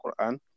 Quran